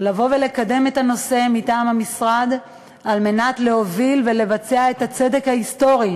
לבוא ולקדם את הנושא מטעם המשרד על מנת להוביל ולבצע את הצדק ההיסטורי,